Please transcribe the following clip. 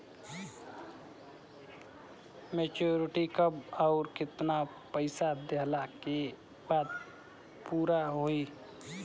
Maturity कब आउर केतना पईसा देहला के बाद पूरा होई?